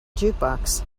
jukebox